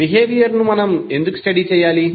behaviour ను మనం ఎందుకు స్టడీ చేయాలి